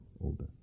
older